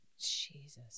Jesus